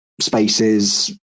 spaces